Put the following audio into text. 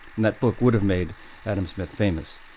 and that book would have made adam smith famous,